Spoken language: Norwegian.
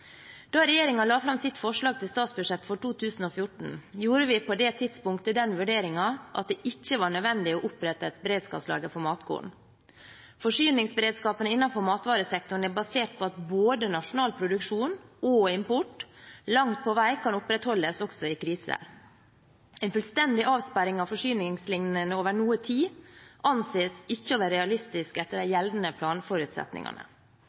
Da regjeringen la fram sitt forslag til statsbudsjett for 2014, gjorde vi på det tidspunktet den vurderingen at det ikke var nødvendig å opprette et beredskapslager for matkorn. Forsyningsberedskapen innenfor matvaresektoren er basert på at både nasjonal produksjon og import langt på vei kan opprettholdes også i kriser. En fullstendig avsperring av forsyningslinjene over noe tid anses ikke å være realistisk etter